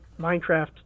Minecraft